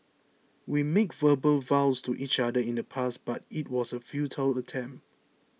we made verbal vows to each other in the past but it was a futile attempt